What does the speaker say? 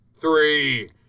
Three